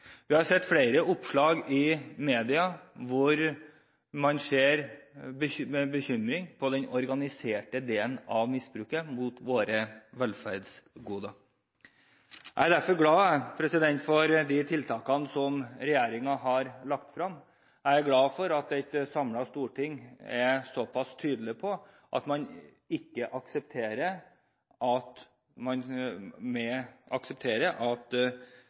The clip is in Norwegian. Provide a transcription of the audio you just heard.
Vi har sett flere oppslag i media hvor man ser med bekymring på den organiserte delen av misbruket av våre velferdsgoder. Jeg er derfor glad for de tiltakene som regjeringen har lagt frem. Jeg er glad for at et samlet storting er såpass tydelig på at man ikke aksepterer og tillater at folk kan komme og utnytte vårt velferdssystem, eller at